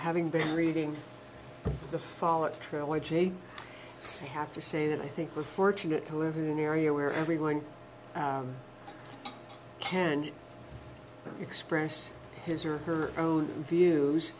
having been reading the follett's trilogy i have to say that i think we're fortunate to live in an area where everyone can express his or her own views